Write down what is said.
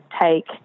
take